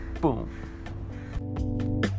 Boom